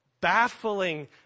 baffling